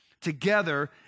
together